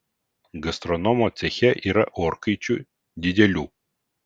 gastronomo ceche yra orkaičių didelių